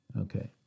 Okay